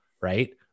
right